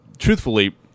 truthfully